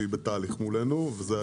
שהיא בתהליך מולנו וזה מאוד ראשוני.